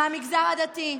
מהמגזר הדתי,